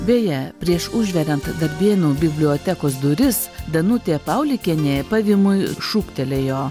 beje prieš užveriant darbėnų bibliotekos duris danutė paulikienė pavymui šūktelėjo